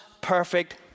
perfect